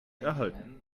erhalten